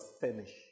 finish